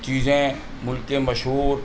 چیزیں ملک کے مشہور